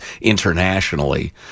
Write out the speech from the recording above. internationally